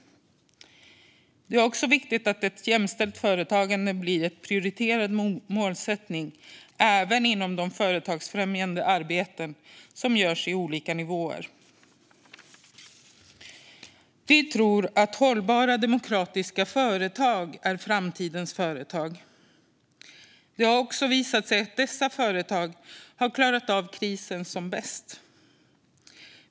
Det är också viktigt att ett jämställt företagande blir en prioriterad målsättning även inom det företagsfrämjande arbete som görs på olika nivåer. Vi tror att hållbara, demokratiska företag är framtidens företag. Det har också visat sig att dessa företag har klarat av krisen bäst.